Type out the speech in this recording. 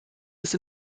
ist